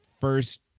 first